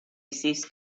ceased